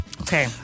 okay